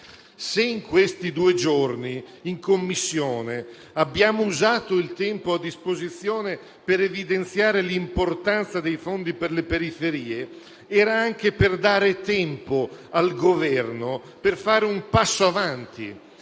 Se in questi due giorni, in Commissione, abbiamo usato il tempo a disposizione per evidenziare l'importanza dei fondi per le periferie, era anche per dare tempo al Governo per fare un passo in avanti